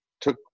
took